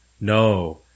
no